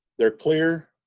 they are clear.